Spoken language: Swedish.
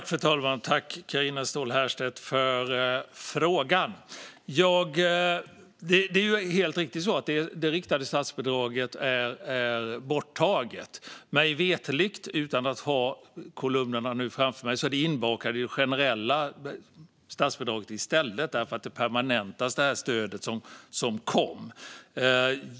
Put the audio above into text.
Fru talman! Tack, Carina Ståhl Herrstedt, för frågan! Det är helt riktigt att det riktade statsbidraget är borttaget. Mig veterligt, utan att ha kolumnerna framför mig, är det inbakat i det generella statsbidraget i stället därför att det stöd som kom permanentas.